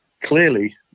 Clearly